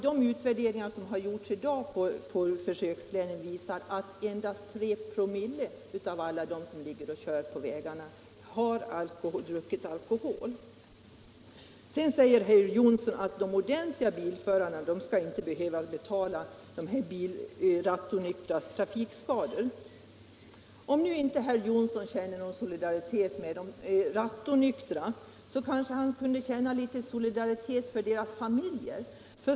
De utvärderingar som har gjorts i försökslänen visar att endast 3 promille av alla dem som kör på vägarna har druckit alkohol. Sedan säger herr Jonsson att de ordentliga bilförarna inte skall behöva betala de rattonyktras trafikskador. Om herr Jonsson inte känner någon solidaritet med de rattonyktra kanske han kunde känna litet solidaritet med deras familjer.